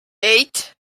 eight